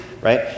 right